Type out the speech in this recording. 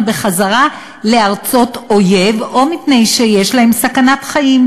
בחזרה לארצות אויב או מפני שהם בסכנת חיים.